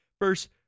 First